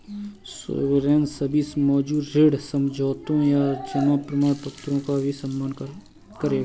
sovereign सभी मौजूदा ऋण समझौतों या जमा प्रमाणपत्रों का भी सम्मान करेगा